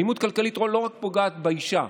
אלימות כלכלית לא פוגעת רק באישה,